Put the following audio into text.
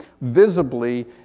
visibly